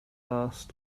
asked